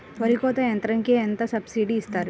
వరి కోత యంత్రంకి ఎంత సబ్సిడీ ఇస్తారు?